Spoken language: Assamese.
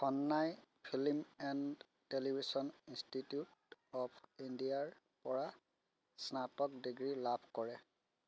খন্নাই Film and Television Institute of ইণ্ডিয়াৰ পৰা স্নাতক ডিগ্ৰী লাভ কৰে